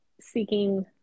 seeking